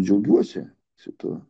džiaugiuosi šituo